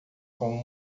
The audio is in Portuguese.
com